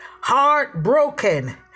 heartbroken